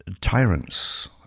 tyrants